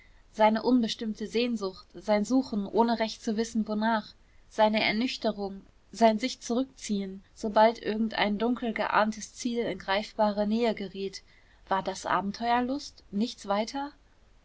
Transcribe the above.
seine unbestimmte sehnsucht sein suchen ohne recht zu wissen wonach seine ernüchterung sein sichzurückziehen sobald irgendein dunkel geahntes ziel in greifbare nähe geriet war das abenteuerlust nichts weiter